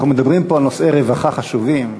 אנחנו מדברים פה על נושאי רווחה חשובים.